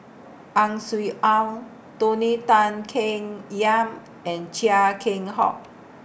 Ang Swee Aun Tony Tan Keng Yam and Chia Keng Hock